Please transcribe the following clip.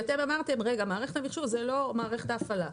אמרתם שמערכת המחשוב היא לא מערכת ההפעלה,